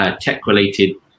tech-related